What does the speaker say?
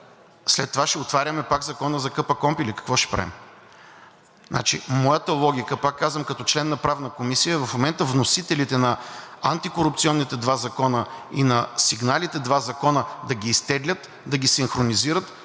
След това ще отваряме пак Закона за КПКОНПИ ли, какво ще правим?! Моята логика, пак казвам, като член на Правната комисия, в момента вносителите на антикорупционните два закона и на сигналите – два закона, да ги изтеглят, да ги синхронизират,